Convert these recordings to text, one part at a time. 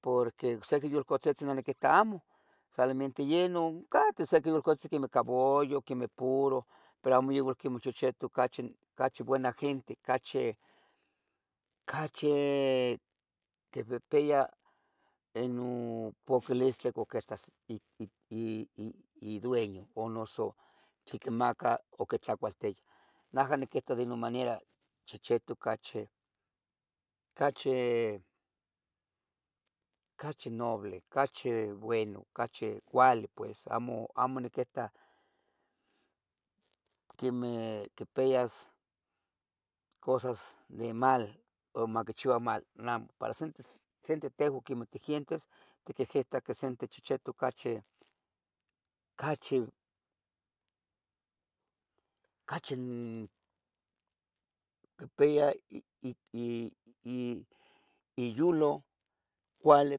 porque ocsiqui yulcatzitzi neh niquita amo, solamente yeh nun, catehsiqui yulcatzitzin quemeh cabullo quemeh puro, pero amo igual quemeh chechetu ocachi buena giente, cachi, cachi quipihpia ino poquilistli cuac quitas i, i, idueño, o noso tlen icmaca o quitlacualtia, naha niquita de nun manera, chechetu cachi, cachi, cachi noble, cachi bueno, cachi cuali pues, amo amo niquita quemeh quipias cosas de mal, o maquichiua mal, amo, para sentes, senteh tehua quemeh gientes, tiquihitah que senteh chechetu cachi, cachi nn quipia i. i, iyulo cuali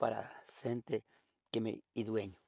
para senteh quemeh idueño.